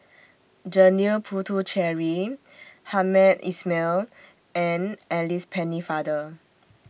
Janil Puthucheary Hamed Ismail and Alice Pennefather